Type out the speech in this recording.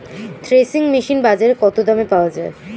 Threshing machine বাজারে কত দামে পাওয়া যায়?